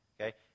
okay